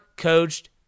coached